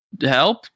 help